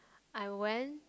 I went